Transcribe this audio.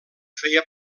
feia